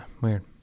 weird